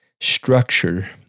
structure